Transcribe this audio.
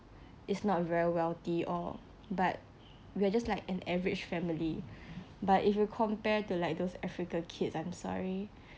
it's not very wealthy or but we're just like an average family but if you compare to like those africans kids i'm sorry